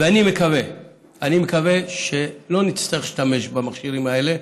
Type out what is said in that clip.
ואני מקווה שלא נצטרך להשתמש במכשירים האלה,